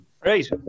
Great